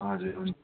हजुर हुन्छ